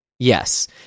Yes